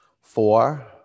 four